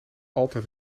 altijd